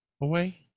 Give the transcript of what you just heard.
away